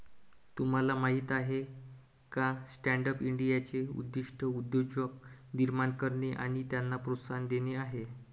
तुम्हाला माहीत आहे का स्टँडअप इंडियाचे उद्दिष्ट उद्योजक निर्माण करणे आणि त्यांना प्रोत्साहन देणे आहे